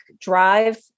drive